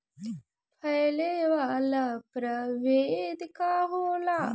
फैले वाला प्रभेद का होला?